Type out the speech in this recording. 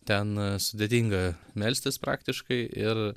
ten sudėtinga melstis praktiškai ir